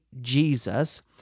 Jesus